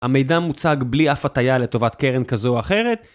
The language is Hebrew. המידע מוצג בלי אף הטיה לטובת קרן כזו או אחרת.